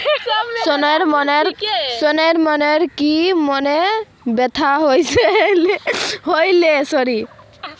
सन उन्नीस सौ एक्यानवेत भारत आर्थिक प्रणालीर व्यवस्थात बहुतला बदलाव कर ले